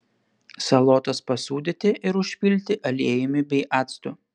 salotas pasūdyti ir užpilti aliejumi bei actu